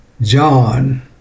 John